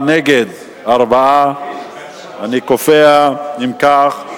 4. אם כך,